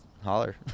holler